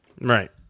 Right